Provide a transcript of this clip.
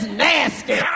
nasty